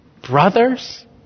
brothers